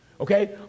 Okay